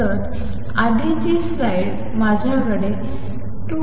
तर आधीची स्लाइड माझ्याकडे 2mL2